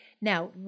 Now